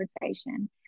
conversation